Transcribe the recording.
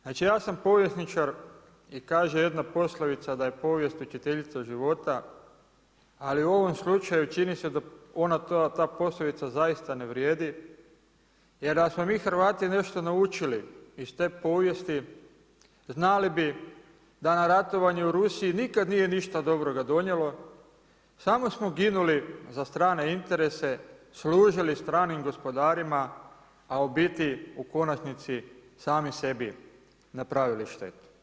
Znači ja sam povjesničar i kaže jedna poslovica da je „Povijest učiteljica života“, ali u ovom slučaju čini se da ta poslovica zaista ne vrijedi jer da smo mi Hrvati nešto naučili iz te povijesti znali bi da nam ratovanje u Rusiji nikad nije ništa dobroga donijelo, samo smo ginuli za strane interese, služili stranim gospodarima, a u biti u konačnici sami sebi napravili štetu.